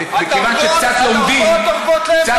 הדרגות הורגות להם את הראש.